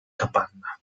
capanna